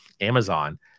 amazon